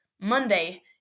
Monday